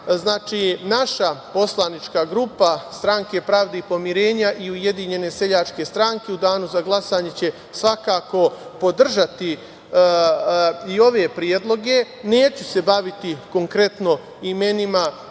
naša poslanička grupa Stranke pravde i pomirenja i Ujedinjene seljačke stranke u danu za glasanje će svakako podržati i ove predloge. Neću se baviti konkretno imenima